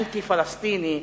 אנטי-פלסטיני,